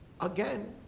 Again